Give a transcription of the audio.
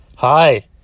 Hi